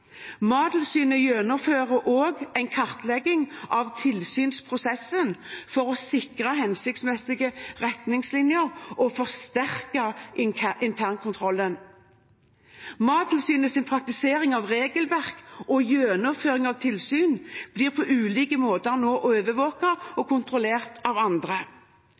Mattilsynet gjennomfører også en kartlegging av tilsynsprosessen for å sikre hensiktsmessige retningslinjer og en forsterket internkontroll. Mattilsynets praktisering av regelverket og gjennomføring av tilsyn blir på ulike måter nå overvåket og kontrollert av andre.